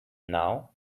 now